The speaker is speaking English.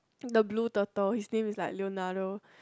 the blue turtle his name is like Leonardo